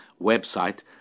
website